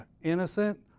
innocent